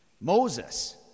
Moses